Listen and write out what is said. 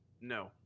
No